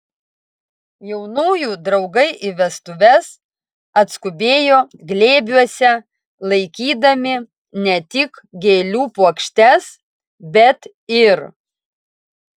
jaunųjų draugai į vestuves atskubėjo glėbiuose laikydami ne tik gėlių puokštes bet ir